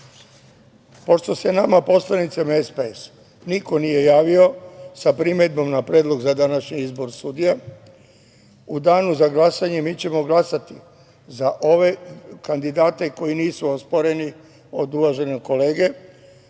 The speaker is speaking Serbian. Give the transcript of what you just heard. pošto se među nama poslanicima SPS niko nije javio sa primedbom na Predlog za današnji izbor sudija, u Danu za glasanje mi ćemo glasati za ove kandidate koji nisu osporeni od uvaženog kolege,